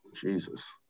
Jesus